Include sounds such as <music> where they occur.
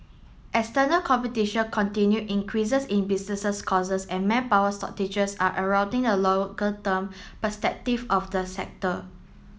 external competition continued increases in businesses costs and manpower shortages are eroding the <unintelligible> longer term prospective of the sector